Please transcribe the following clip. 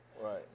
right